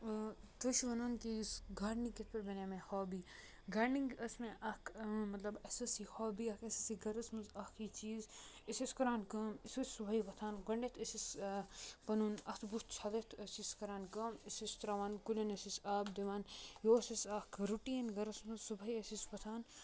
تُہۍ چھِو وَنان کہِ یُس گارڈنِنگ کِتھ پٲٹھۍ بَنے مےٚ ہوبی گارڈنِنگ ٲس مےٚ اکھ مطلب اَسہِ ٲس یہِ ہوبی اکھ أسۍ ٲسۍ یہِ گرس منٛز اکھ چیٖز أسۍ ٲسۍ کران کٲم أسۍ ٲسۍ صبحٲے وۄتھان گۄڈٕنیتھ ٲسۍ أس پَنُن اَتھٕ بُتھ چھٕلِتھ أس ٲسۍ کران کٲم أسۍ ٲسۍ تراوان کُلین ٲسۍ أسۍ آب دِوان بیٚیہِ اوس اَسہِ رُٹیٖن اکھ گرَس منٛز صبُحٲے ٲسۍ أسۍ ۄتھان پَتہٕ